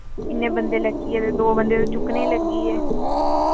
इन्ने बंदे लग्गिये ते दो बंदे ते चुक्कने लग्गिये